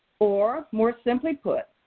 or more simply put,